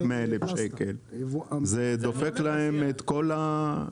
100,000 שקל זה דופק להם את כל המכירות.